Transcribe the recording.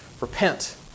Repent